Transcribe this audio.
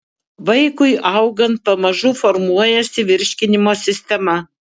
vaikui augant pamažu formuojasi virškinimo sistema